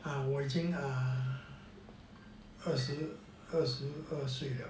我已经二十二十二十二岁了